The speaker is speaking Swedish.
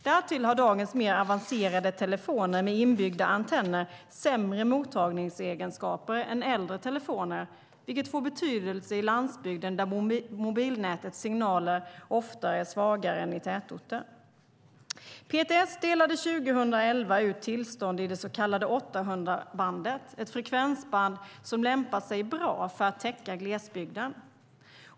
Därtill har dagens mer avancerade telefoner med inbyggda antenner sämre mottagningsegenskaper än äldre telefoner, vilket får betydelse i landsbygden där mobilnätets signaler ofta är svagare än i tätorter. PTS delade 2011 ut tillstånd i det så kallade 800-megahertzbandet, ett frekvensband som lämpar sig bra för att täcka glesbygden.